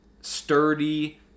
sturdy